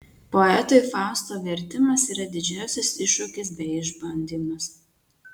poetui fausto vertimas yra didžiausias iššūkis bei išbandymas